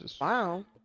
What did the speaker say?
Wow